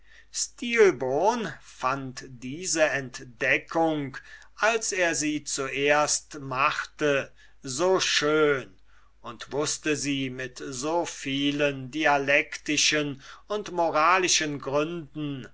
stilbon fand diese entdeckung als er sie zuerst machte so schön und wußte sie mit so vielen dialektischen und moralischen gründen